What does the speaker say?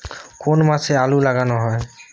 কোন মাসে আলু লাগানো হয়?